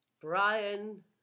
Brian